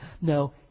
No